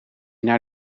naar